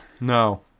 No